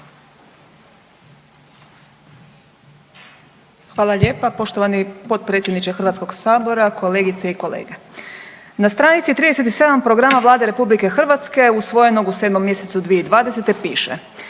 Hvala lijepa. Poštovani potpredsjedniče HS-a, kolegice i kolege. Na stranici 37. programa Vlade RH usvojenog u 7. mjesecu 2020. piše